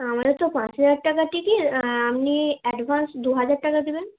আমাদের তো পাঁচ হাজার টাকা টিকিট আপনি অ্যাডভান্স দু হাজার টাকা দেবেন